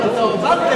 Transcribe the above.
אבל אתה הובלת,